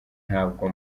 ntabwo